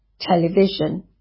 television